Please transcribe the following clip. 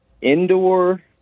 Indoor